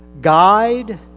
Guide